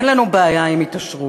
אין לנו בעיה עם התעשרות.